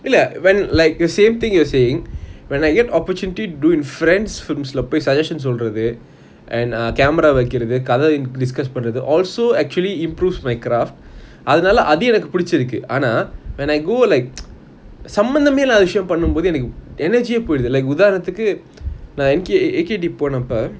இல்ல:illa whe~ like the same thing you are saying when I get opportunity do in friends films பொய்:poi suggestions சொல்றது:solrathu and uh camera எக்கிறது கத:vekkirathu kadha discuss பண்றது:panrathu also actually improve my craft அதுனால அது என்னக்கு பிடிச்சி இருக்கு ஆனா:athunaala athu ennaku pidichi iruku aana when I go like சம்பந்தமே இல்லாத விஷயம் பண்ணும் போது என்னக்கு:samananthamey illatha visayam panum bothu ennaku energy போயிடுது:poiduthu like உதாரணத்துக்கு நான் அஎகெய்ட்ய் பொன்னப்ப:uthaaranathuku naan ayekeytey ponnapa